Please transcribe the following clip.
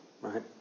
right